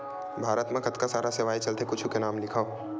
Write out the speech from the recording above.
भारत मा कतका सारा सेवाएं चलथे कुछु के नाम लिखव?